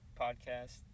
podcast